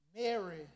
Mary